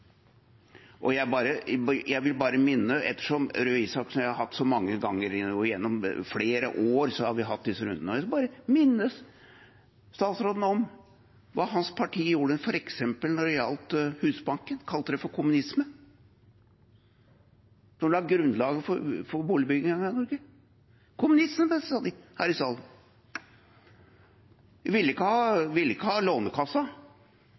Ettersom Torbjørn Røe Isaksen og jeg mange ganger gjennom flere år har hatt disse rundene, vil jeg bare minne statsråden om hva hans parti gjorde f.eks. da det gjaldt Husbanken. De kalte det for kommunisme, den som la grunnlaget for boligbyggingen i Norge. Kommunisme sa de her i salen. De ville ikke ha